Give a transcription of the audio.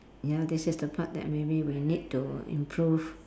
ya this is the part that maybe we need to improve